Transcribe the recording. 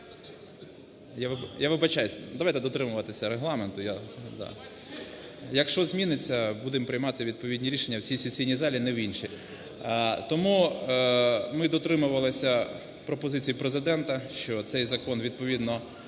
Я вибачаюсь, давайте дотримуватися Регламенту. Якщо зміниться будемо приймати відповідні рішення в цій сесійні залі, не в іншій, я сподіваюся. Тому ми дотримувалися пропозицій Президента, що цей закон відповідно